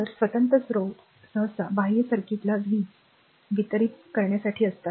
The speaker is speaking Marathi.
तर स्वतंत्र स्त्रोत सहसा बाह्य सर्किटला वीज वितरीत करण्यासाठी असतात